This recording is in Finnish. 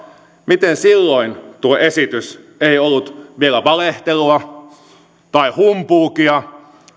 miten silloin tuo esitys ei ollut vielä valehtelua tai humpuukia